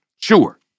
Sure